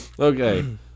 Okay